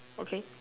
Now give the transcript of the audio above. okay